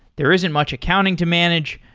there isn't much accounting to manage,